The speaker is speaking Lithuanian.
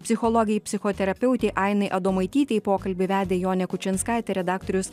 psichologei psichoterapeutei ainai adomaitytei pokalbį vedė jonė kučinskaitė redaktorius